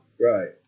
Right